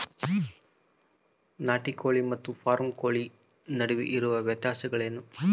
ನಾಟಿ ಕೋಳಿ ಮತ್ತು ಫಾರಂ ಕೋಳಿ ನಡುವೆ ಇರುವ ವ್ಯತ್ಯಾಸಗಳೇನು?